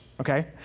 okay